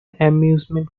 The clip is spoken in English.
amusement